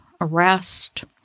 arrest